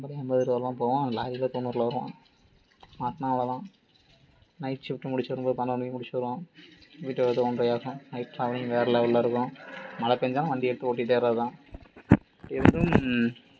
நம்மளே ஐம்பது அறுபதுல தான் போவோம் அவன் லாரியில் தொண்ணூறில் வருவான் மாட்டுனா அவ்வளோ தான் நைட் ஷிஃப்ட்டு முடித்து வரும் போது பதினோரு மணிக்கு முடிச்சுட்டு வருவோம் வீட்டுக்கு வர ஒன்ரையாகும் நைட் ட்ராவலிங் வேறு லெவலில் இருக்கும் மழை பெஞ்சா வண்டி எடுத்து ஓட்டிகிட்டே வரறது தான் எதும்